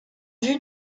vue